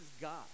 God